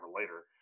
later